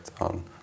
on